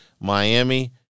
Miami